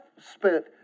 spent